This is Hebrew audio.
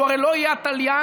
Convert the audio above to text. הרי הוא לא יהיה התליין,